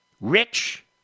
Rich